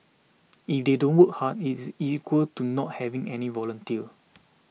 if they don't work hard it's equal to not having any volunteer